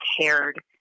cared